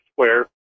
square